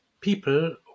people